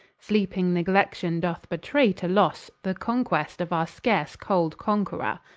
sleeping neglection doth betray to losse the conquest of our scarse-cold conqueror,